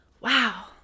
wow